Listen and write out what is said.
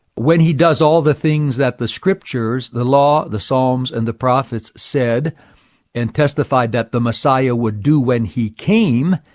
when he does all the things that the scriptures the law, the psalms, and the prophets said and testified that the messiah would do when he came.